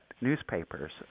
newspapers